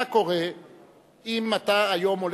מה קורה אם אתה היום הולך,